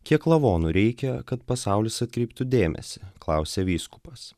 kiek lavonų reikia kad pasaulis atkreiptų dėmesį klausė vyskupas